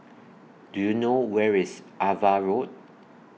Do YOU know Where IS AVA Road